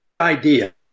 idea